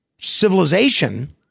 civilization